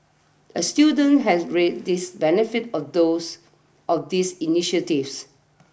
a student has reaped this benefits of those of these initiatives